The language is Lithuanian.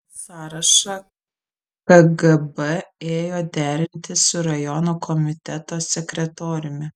tą sąrašą kgb ėjo derinti su rajono komiteto sekretoriumi